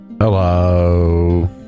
Hello